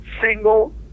single